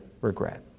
regret